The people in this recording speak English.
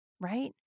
right